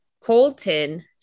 Colton